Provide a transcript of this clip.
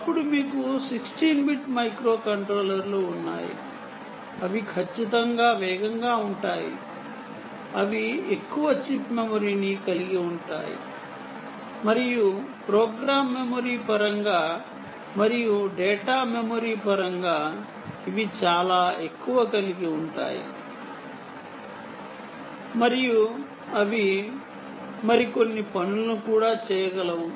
అప్పుడు మీకు 16 బిట్ మైక్రోకంట్రోలర్లు ఉన్నాయి అవి ఖచ్చితంగా వేగంగా ఉంటాయి అవి ఎక్కువ చిప్ మెమరీ కలిగి ఉంటాయి మరియు ప్రోగ్రామ్ మెమొరీ పరంగా మరియు డేటా మెమరీ పరంగా ఇవి చాలా ఎక్కువ కలిగి ఉంటాయి మరియు అవి మరికొన్ని పనులను కూడా చేయగలవు